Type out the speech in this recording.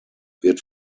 wird